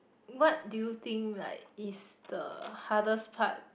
what do you think like is the hardest part